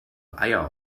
eier